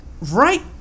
right